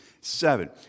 seven